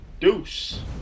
Deuce